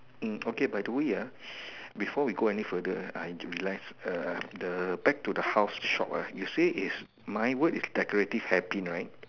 okay by the way before we go any further I realise the back to the house shop you say is my is decorative hat pin right